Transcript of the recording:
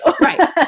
Right